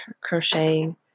crocheting